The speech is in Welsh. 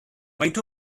faint